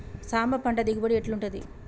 సాంబ పంట దిగుబడి ఎట్లుంటది?